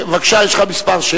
בבקשה, יש לך כמה שאלות.